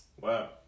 Wow